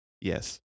Yes